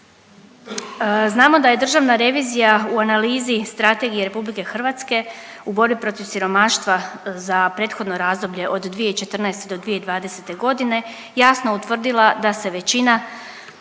Znamo da je državna revizija u analizi strategije RH u borbi protiv siromaštva za prethodno razdoblje od 2014. do 2020. godine, jasno utvrdila da se većina